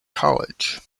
college